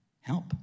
help